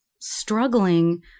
struggling